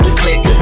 click